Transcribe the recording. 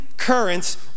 Currents